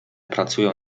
pracuję